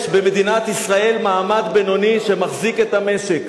יש במדינת ישראל מעמד בינוני, שמחזיק את המשק,